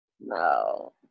No